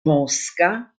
mosca